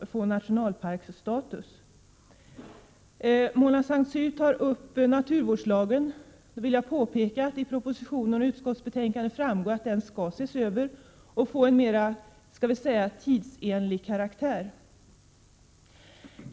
få nationalparksstatus. Sedan tog Mona Saint Cyr upp naturvårdslagen. Jag vill då påpeka att av propositionen och utskottsbetänkandet framgår att lagen skall ses över och få en mera tidsenlig karaktär.